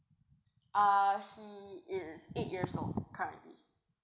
uh he is eight years old currently